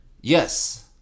Yes